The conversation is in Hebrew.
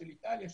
של איטליה,